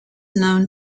known